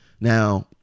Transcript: Now